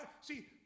See